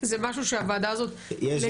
אז זה משהו שהוועדה הזאת לגמרי --- יש